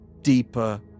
deeper